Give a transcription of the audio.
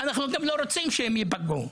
אנחנו גם לא רוצים שהם יפגעו,